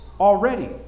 already